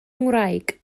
ngwraig